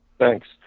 Thanks